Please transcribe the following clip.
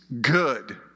good